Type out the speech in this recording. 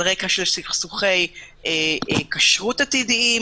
על רקע סכסוכי כשרות עתידים,